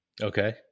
Okay